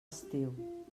estiu